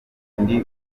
ndi